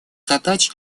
задач